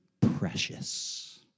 precious